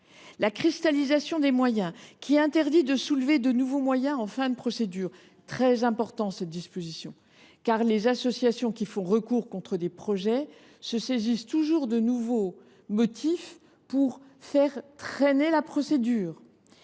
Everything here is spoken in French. la cristallisation des moyens, qui interdit de soulever de nouveaux moyens en fin de procédure, une disposition très importante, car les associations qui font des recours contre des projets se saisissent toujours de nouveaux motifs pour faire traîner la procédure